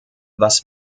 was